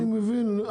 אני מבין,